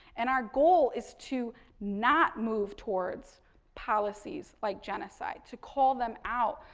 and, our goal is to not move towards policies like genocide, to call them out.